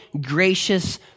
gracious